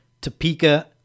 Topeka